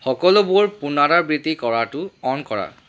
সকলোবোৰ পুনৰাবৃত্তি কৰাটো অন কৰা